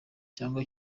cyangwa